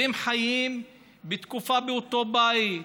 והם חיים תקופה באותו בית,